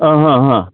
अ हो हो